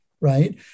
right